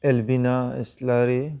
एलबिना इस्लारि